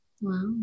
Wow